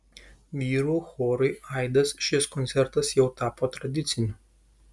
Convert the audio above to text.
vyrų chorui aidas šis koncertas jau tapo tradiciniu